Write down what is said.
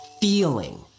feeling